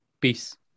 Peace